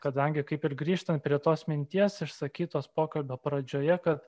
kadangi kaip ir grįžtant prie tos minties išsakytos pokalbio pradžioje kad